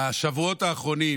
בשבועות האחרונים